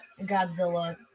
Godzilla